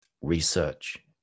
research